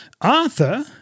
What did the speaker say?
Arthur